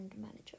manager